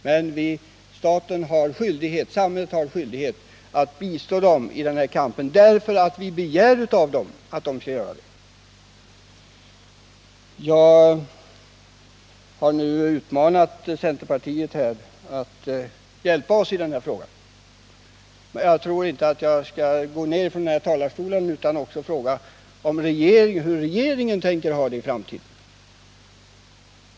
Men samhället har skyldighet att bistå dem i denna kamp, därför att vi begär av dem att de skall ta upp den. Jag har nu utmanat centerpartiet att hjälpa oss i denna sak. Jag tror inte att jag skall gå ned från kammarens talarstol utan att också ha frågat hur regeringen tänker ha det i framtiden.